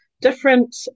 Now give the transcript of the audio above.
different